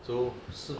so si~